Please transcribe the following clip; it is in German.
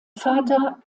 vater